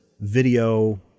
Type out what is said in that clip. video